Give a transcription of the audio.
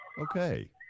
Okay